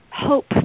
hope